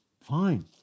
fine